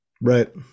Right